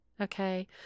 Okay